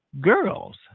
girls